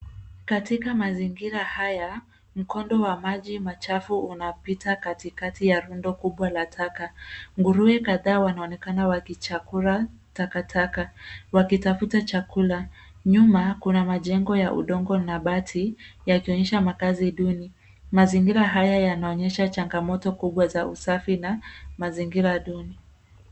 Katika mazingira haya mkondo wa maji machafu unapita katikati ya rundo kubwa la taka. Nguruwe kadhaa wanaonekana wakichakura takataka wakitafuta chakula. Nyuma kuna majengo ya udongo na bati yakionyesha makazi duni. Mazingira haya yanaonyesha changamoto kubwa za usafi na mazingira duni.